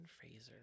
Fraser